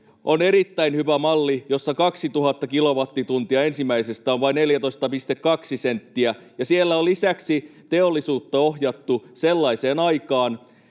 on erittäin hyvä malli, jossa ensimmäiset 2 000 kilowattituntia on vain 14,2 senttiä, ja siellä on lisäksi teollisuutta ohjattu sellaiseen aikaan,